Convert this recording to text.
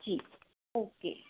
जी okay